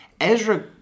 Ezra